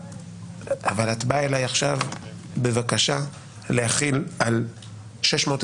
אבל את באה אלי עכשיו בבקשה להחיל על 620,000